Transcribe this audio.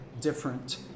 different